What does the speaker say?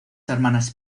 hermanas